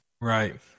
Right